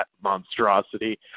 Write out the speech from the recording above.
monstrosity